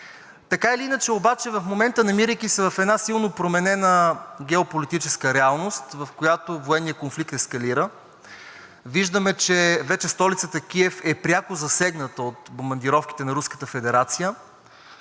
Така или иначе обаче в момента, намирайки се в една силно променена геополитическа реалност, в която военният конфликт ескалира, виждаме, че вече столицата Киев е пряко засегната от бомбардировките на